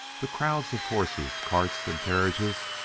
the crowds of horses, carts, and carriages,